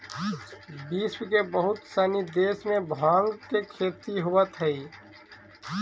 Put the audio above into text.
विश्व के बहुत सनी देश में भाँग के खेती होवऽ हइ